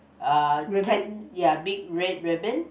uh then ya big red ribbon